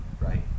right